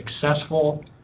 successful